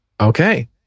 Okay